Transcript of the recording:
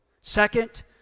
Second